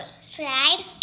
slide